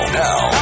now